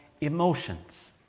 emotions